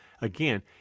again